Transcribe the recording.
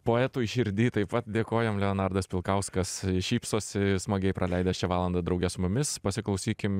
poetui širdy taip pat dėkojam leonardas pilkauskas šypsosi smagiai praleidęs šią valandą drauge su mumis pasiklausykim